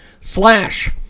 slash